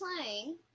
playing